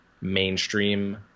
mainstream